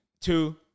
Two